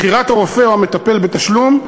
בחירת הרופא או המטפל בתשלום,